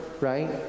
right